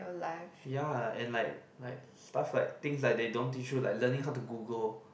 ya and like like stuff like things like they don't teach you like learning how to Google